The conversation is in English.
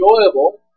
enjoyable